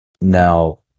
now